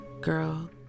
Girl